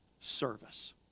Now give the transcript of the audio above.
Service